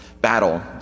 battle